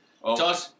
Josh